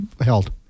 held